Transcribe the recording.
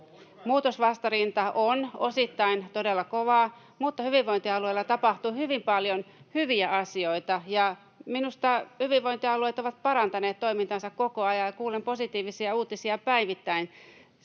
Muutosvastarinta on osittain todella kovaa, mutta hyvinvointialueilla tapahtuu hyvin paljon hyviä asioita, ja minusta hyvinvointialueet ovat parantaneet toimintaansa koko ajan ja kuulen positiivisia uutisia päivittäin